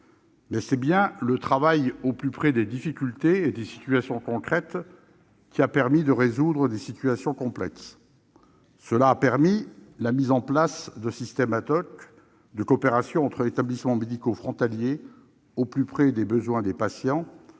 c'est bien le travail au plus près des difficultés et des situations concrètes qui a permis de résoudre des cas complexes, par la mise en place de systèmes de coopération entre établissements médicaux frontaliers au plus près des besoins des patients,